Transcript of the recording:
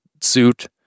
suit